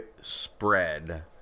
spread